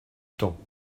temps